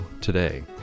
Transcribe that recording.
today